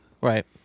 Right